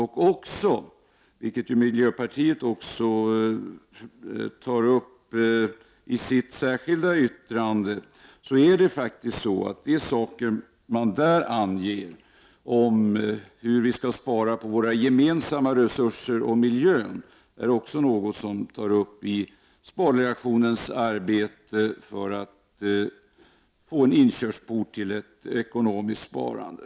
Det som miljöpartiet tar upp i sitt särskilda yttrande — hur vi skall spara på våra gemensamma resurser och miljön — är också något som ingår i spardelegationens arbete som en inkörsport till ett ekonomiskt sparande.